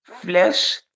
flesh